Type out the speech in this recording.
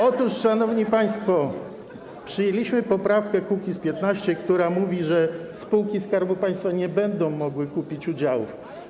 Otóż, szanowni państwo, przyjęliśmy poprawkę Kukiz’15, która mówi, że spółki Skarbu Państwa nie będą mogły kupić udziałów.